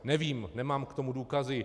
Nevím, nemám k tomu důkazy.